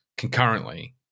concurrently